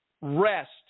rest